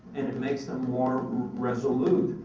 and it makes them more resolute.